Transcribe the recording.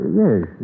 yes